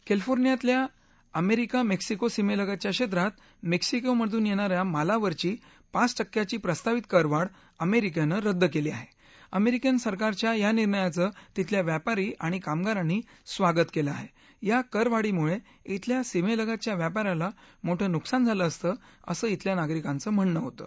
कैलिफोर्नियातल्या America Mexico सीमझातच्या क्षक्ति मक्तिसकोमधून यात्रिया मालावरची पाच टक्क्यांची प्रस्तावित करवाढ अमरिक्ती रद्द कली आहा अमरिक्ती सरकारच्या या निर्णयाचं तिथल्या व्या पारी आणि कामगारांनी स्वागत कलि आहा आ करवाढीमुळ विथल्या सीमस्तीतच्या व्यापाराला मोठं नुकसान झालं असतं असं इथल्या नागरिकांचं म्हणणं होतं